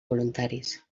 voluntaris